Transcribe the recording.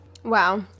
Wow